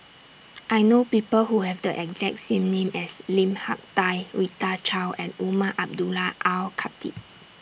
I know People Who Have The exact name as Lim Hak Tai Rita Chao and Umar Abdullah Al Khatib